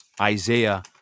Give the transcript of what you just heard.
Isaiah